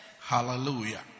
Hallelujah